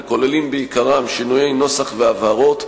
וכוללים בעיקרם שינויי נוסח והבהרות,